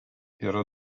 yra